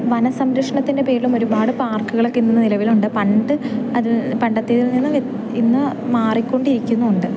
വനസംരക്ഷണത്തിൻ്റെ പേരിലും ഒരുപാട് പാർക്കുകളൊക്ക ഇന്ന് നിലവിലുണ്ട് പണ്ട് അത് പണ്ടത്തേതിൽ നിന്ന് ഇന്ന് മാറിക്കൊണ്ടിരിക്കുന്നും ഉണ്ട്